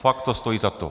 Fakt to stojí za to.